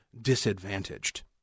disadvantaged